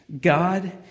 God